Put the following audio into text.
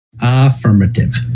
affirmative